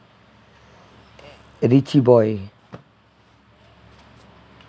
a richie boy